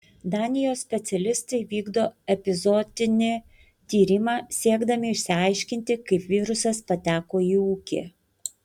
danijos specialistai vykdo epizootinį tyrimą siekdami išsiaiškinti kaip virusas pateko į ūkį